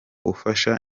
ufasha